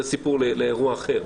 זה אירוע אחר,